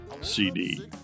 CD